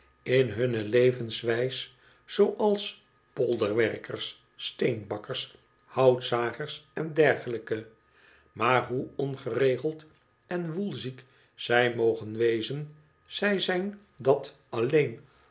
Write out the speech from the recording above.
in hunne levenswijs zooals polderwerkers steenbakkers houtzagers en dergelijke maar hoe ongeregeld en woelziek zij mogen wezen zij zijn dat alleen